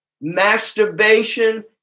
masturbation